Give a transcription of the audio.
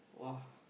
!wah!